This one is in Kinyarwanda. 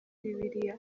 bibiliya